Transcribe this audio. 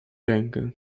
rękę